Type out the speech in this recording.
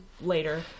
Later